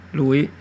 lui